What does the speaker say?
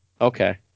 Okay